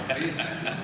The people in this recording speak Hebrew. אתה מבין?